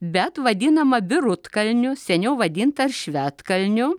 bet vadinama birutkalniu seniau vadinta ir švedkalniu